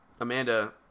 Amanda